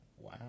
Wow